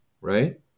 right